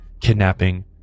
kidnapping